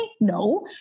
No